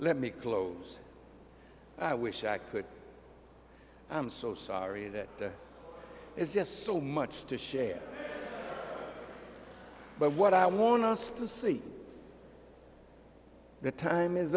let me close i wish i could i'm so sorry it is just so much to share but what i want us to see the time is